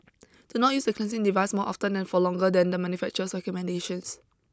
do not use the cleansing device more often and for longer than the manufacturer's recommendations